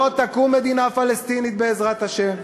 לא תקום מדינה פלסטינית, בעזרת השם.